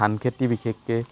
ধানখেতি বিশেষকৈ